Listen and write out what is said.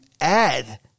add